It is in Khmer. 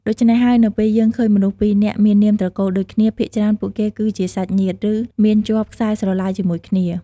ដូច្នេះហើយ នៅពេលយើងឃើញមនុស្សពីរនាក់មាននាមត្រកូលដូចគ្នា ភាគច្រើនពួកគេគឺជាសាច់ញាតិ ឬ មានជាប់សែស្រឡាយជាមួយគ្នា។